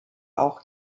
auch